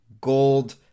Gold